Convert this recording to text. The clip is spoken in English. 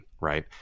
right